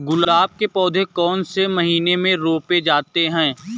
गुलाब के पौधे कौन से महीने में रोपे जाते हैं?